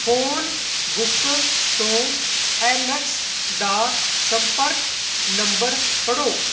phone book ਤੋਂ Alex ਦਾ ਸੰਪਰਕ ਨੰਬਰ ਪੜ੍ਹੋ